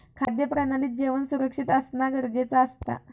खाद्य प्रणालीत जेवण सुरक्षित असना गरजेचा असता